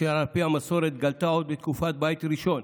אשר על פי המסורת גלתה עוד בתקופת בית ראשון